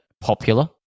popular